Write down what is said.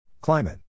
Climate